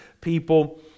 people